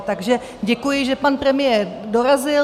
Takže děkuji, že pan premiér dorazil.